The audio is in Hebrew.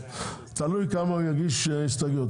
תלוי כמה הוא יגיש הסתייגויות,